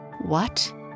What